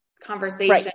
conversation